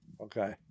okay